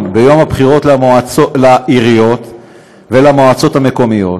ביום הבחירות לעיריות ולמועצות המקומיות,